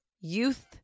youth